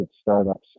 startups